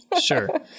Sure